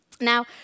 Now